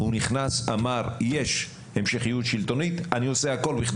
הוא נכנס, אמר יש המשכיות שלטונית, אני עושה הכל.